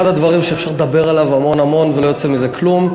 זה אחד הדברים שאפשר לדבר עליו המון המון ולא יוצא מזה כלום.